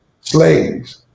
slaves